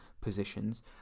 positions